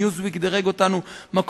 "ניוזוויק" דירג את האוניברסיטה העברית